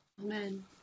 Amen